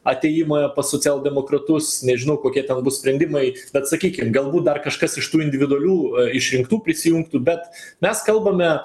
atėjimą pas socialdemokratus nežinau kokie ten bus sprendimai bet sakykim galbūt dar kažkas iš tų individualių išrinktų prisijungtų bet mes kalbame